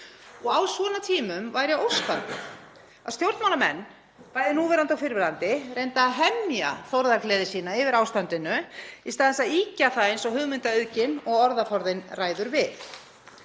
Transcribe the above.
Á svona tímum væri óskandi að stjórnmálamenn, bæði núverandi og fyrrverandi, reyndu að hemja þórðargleði sína yfir ástandinu í stað þess að ýkja hana eins og hugmyndaauðgin og orðaforðinn ræður við.